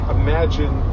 imagine